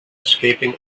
escaping